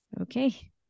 Okay